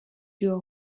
його